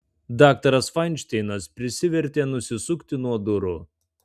daktaras fainšteinas prisivertė nusisukti nuo durų